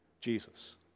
Jesus